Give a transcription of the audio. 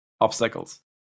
obstacles